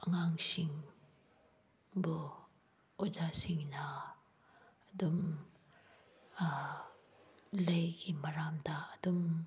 ꯑꯉꯥꯡꯁꯤꯡꯕꯨ ꯑꯣꯖꯥꯁꯤꯡꯅ ꯑꯗꯨꯝ ꯂꯥꯏꯒꯤ ꯃꯔꯝꯗ ꯑꯗꯨꯝ